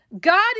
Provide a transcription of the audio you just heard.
God